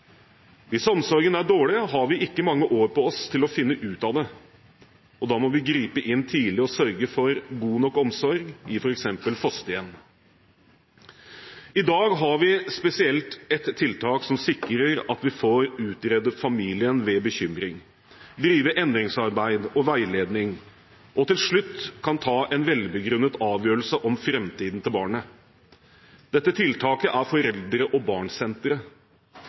Hvis omsorgen er dårlig, har vi ikke mange år på oss til å finne ut av det. Da må vi gripe inn tidlig og sørge for god nok omsorg i f. eks. fosterhjem. I dag har vi spesielt ett tiltak som sikrer at vi får utredet familien ved bekymring, drevet endringsarbeid og veiledning, og til slutt kan ta en velbegrunnet avgjørelse om framtiden til barnet. Dette tiltaket er foreldre og